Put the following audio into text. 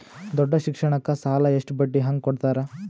ದೊಡ್ಡ ಶಿಕ್ಷಣಕ್ಕ ಸಾಲ ಎಷ್ಟ ಬಡ್ಡಿ ಹಂಗ ಕೊಡ್ತಾರ?